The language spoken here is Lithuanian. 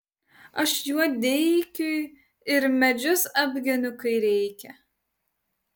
aš juodeikiui ir medžius apgeniu kai reikia